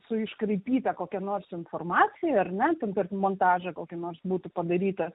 su iškraipyta kokia nors informacija ar ne ten per montažą kokį nors būtų padaryta